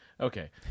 Okay